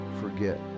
forget